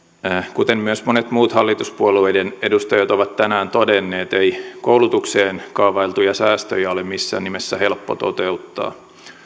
kuten myös monet muut hallituspuolueiden edustajat ovat tänään todenneet ei koulutukseen kaavailtuja säästöjä ole missään nimessä helppo toteuttaa